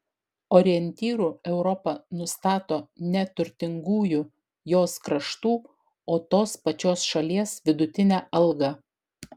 orientyru europa nustato ne turtingųjų jos kraštų o tos pačios šalies vidutinę algą